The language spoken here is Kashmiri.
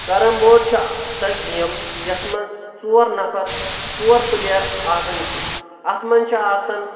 کرم بورڈ چھِ سۄ گیم یتھ منٛز ژور نفر ژور پٕلییر آسان چھِ اتھ منٛز چھِ آسان